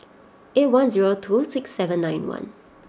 eight one zero two six seven nine one